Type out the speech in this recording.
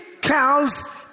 cows